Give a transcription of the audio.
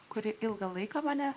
kuri ilgą laiką mane